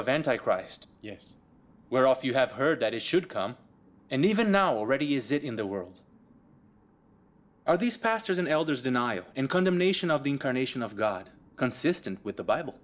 of anti christ yes we're off you have heard that it should come and even now already is it in the world are these pastors and elders denial and condemnation of the incarnation of god consistent with the bible